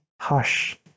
Hush